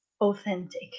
authentic